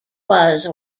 was